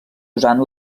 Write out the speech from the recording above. usant